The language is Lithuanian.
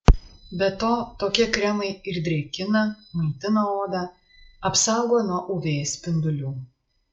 be to tokie kremai ir drėkina maitina odą apsaugo nuo uv spindulių